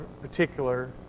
particular